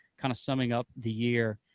kind of summing up the year,